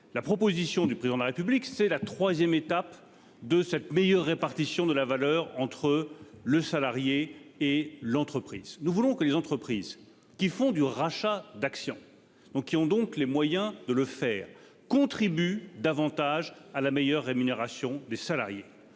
La proposition du Président de la République est la troisième étape de cette meilleure répartition de la valeur entre le salarié et l'entreprise. Nous voulons que les entreprises qui font du rachat d'actions contribuent davantage à une meilleure rémunération des salariés,